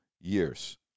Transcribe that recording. years